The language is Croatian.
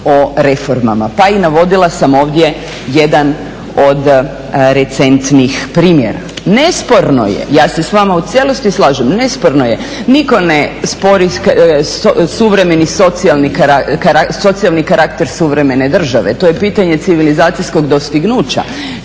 o reformama. Pa i navodila sam ovdje jedan od recentnih primjera. Nesporno je, ja se s vama u cijelosti slažem, nesporno je nitko ne spori socijalni karakter suvremene države, to je pitanje civilizacijskog dostignuća